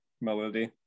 melody